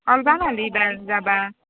ওলাবা নহ'লে যাব